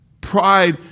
pride